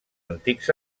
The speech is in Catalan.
antics